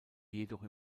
jedoch